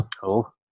Cool